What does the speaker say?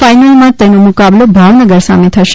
ફાઇનલમાં તેનો મુકાબલો ભાવનગર સામે થશે